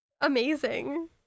Amazing